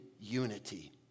unity